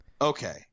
Okay